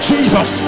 Jesus